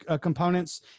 components